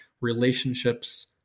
relationships